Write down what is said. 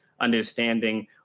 understanding